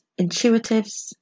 intuitives